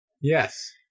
Yes